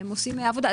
הם עושים עבודה.